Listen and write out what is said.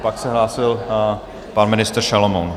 Pak se hlásil pan ministr Šalomoun.